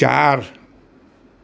ચાર